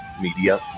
media